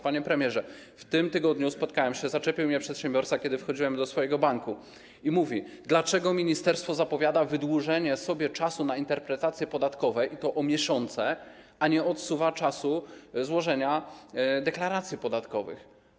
Panie premierze, w tym tygodniu zaczepił mnie przedsiębiorca, kiedy wchodziłem do swojego banku, i spytał: Dlaczego ministerstwo zapowiada wydłużenie sobie czasu na interpretacje podatkowe, i to o miesiące, a nie odsuwa czasu złożenia deklaracji podatkowych?